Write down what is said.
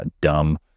dumb